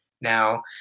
now